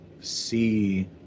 see